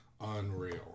unreal